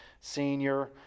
senior